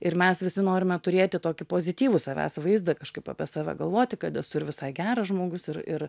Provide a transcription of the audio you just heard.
ir mes visi norime turėti tokį pozityvų savęs vaizdą kažkaip apie save galvoti kad esu ir visai geras žmogus ir ir